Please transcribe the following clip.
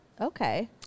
okay